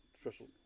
special